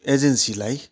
एजेन्सीलाई